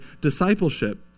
discipleship